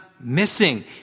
missing